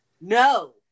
no